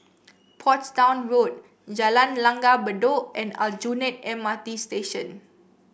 Portsdown Road Jalan Langgar Bedok and Aljunied M R T Station